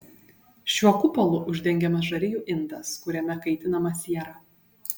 šiuo kupolu uždengiamas žarijų indas kuriame kaitinama siera